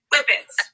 Whippets